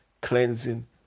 cleansing